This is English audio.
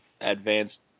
advanced